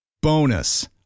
Bonus